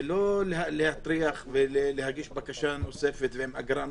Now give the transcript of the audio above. ולא להטריח ולהגיש בקשה נוספת עם אגרה נוספת.